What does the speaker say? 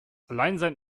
alleinsein